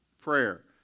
prayer